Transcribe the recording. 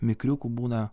mikriukų būna